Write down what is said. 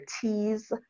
teas